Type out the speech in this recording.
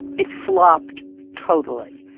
it flopped totally.